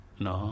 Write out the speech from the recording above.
no